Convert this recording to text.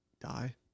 Die